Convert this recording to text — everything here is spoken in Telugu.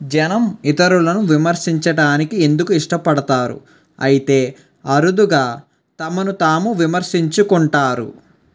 జనం ఇతరులను విమర్శించటానికి ఎందుకు ఇష్టపడతారు అయితే అరుదుగా తమను తాము విమర్శించుకుంటారు